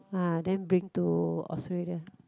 uh then bring to Australia